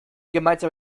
gemeinsam